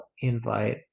invite